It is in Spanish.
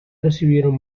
recibieron